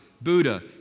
Buddha